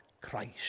Christ